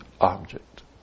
object